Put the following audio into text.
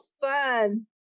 fun